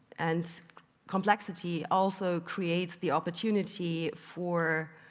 and complexity also creates the opportunity for